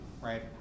right